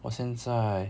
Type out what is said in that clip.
我现在